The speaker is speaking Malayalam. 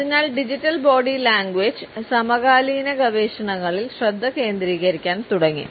അതിനാൽ ഡിജിറ്റൽ ബോഡി ലാംഗ്വേജ് സമകാലീന ഗവേഷണങ്ങളിൽ ശ്രദ്ധ കേന്ദ്രീകരിക്കാൻ തുടങ്ങി